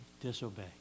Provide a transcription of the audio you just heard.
disobey